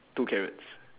two carrots